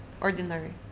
ordinary